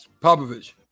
Popovich